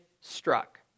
struck